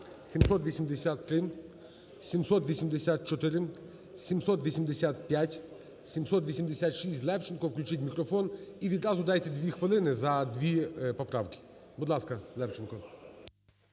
783. 784. 785. 786, Левченко. Включіть мікрофон. І відразу дайте дві хвилини за дві поправки. Будь ласка, Левченко.